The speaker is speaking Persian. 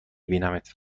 بینمت